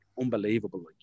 unbelievable